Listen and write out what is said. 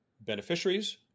beneficiaries